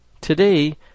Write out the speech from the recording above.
Today